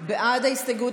בעד ההסתייגות,